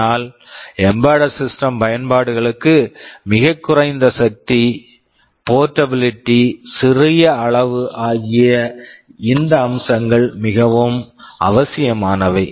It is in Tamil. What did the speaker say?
ஆனால் எம்பெட்டட் சிஸ்டம் embedded system பயன்பாடுகளுக்கு மிகக் குறைந்த சக்தி போர்ட்டபிலிட்டி portability சிறிய அளவு ஆகிய இந்த அம்சங்கள் மிகவும் அவசியமானவை